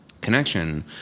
connection